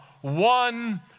one